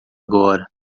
agora